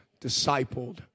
discipled